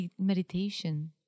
Meditation